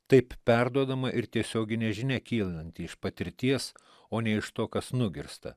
taip perduodama ir tiesioginė žinia kylanti iš patirties o ne iš to kas nugirsta